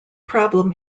problem